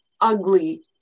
ugly